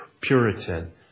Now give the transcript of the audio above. Puritan